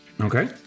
Okay